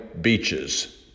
beaches